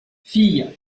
fille